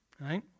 right